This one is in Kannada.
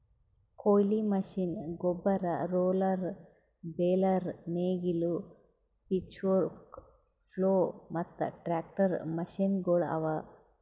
ಕೊಯ್ಲಿ ಮಷೀನ್, ಗೊಬ್ಬರ, ರೋಲರ್, ಬೇಲರ್, ನೇಗಿಲು, ಪಿಚ್ಫೋರ್ಕ್, ಪ್ಲೊ ಮತ್ತ ಟ್ರಾಕ್ಟರ್ ಮಷೀನಗೊಳ್ ಅವಾ